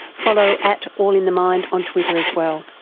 follow at allinthemind on twitter as well.